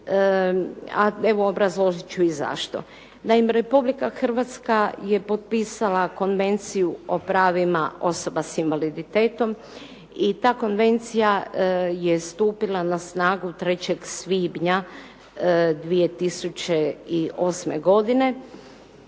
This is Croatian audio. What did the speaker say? evo obrazložiti ću i zašto. Naime, Republika Hrvatska je potpisala Konvenciju o pravima osoba s invaliditetom i ta konvencija je stupila na snagu 3. svibnja 2008. godine